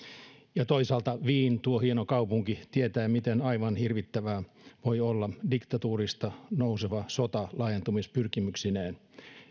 ja toisaalta wien tuo hieno kaupunki tietää miten aivan hirvittävää voi olla diktatuurista nouseva sota laajentumispyrkimyksineen